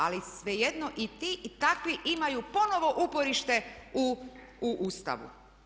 Ali svejedno i ti i takvi imaju ponovno uporište u Ustavu.